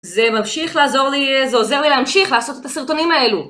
זה ממשיך לעזור לי, זה עוזר לי להמשיך לעשות את הסרטונים האלו